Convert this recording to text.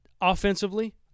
offensively